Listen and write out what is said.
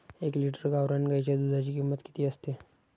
एक लिटर गावरान गाईच्या दुधाची किंमत किती असते?